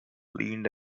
leaned